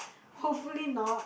hopefully not